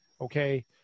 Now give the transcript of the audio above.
Okay